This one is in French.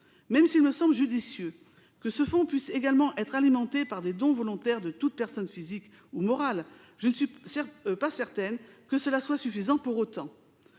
Même s'il me semble judicieux que ce fonds puisse également être alimenté par des dons volontaires de toute personne physique ou morale, je ne suis pas certaine que cela soit suffisant pour autant.